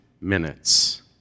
minutes